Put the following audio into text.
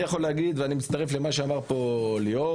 אני יכול להגיד, ואני מצטרף למה שאמר פה ליאור,